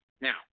Now